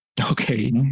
okay